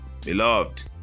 beloved